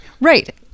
Right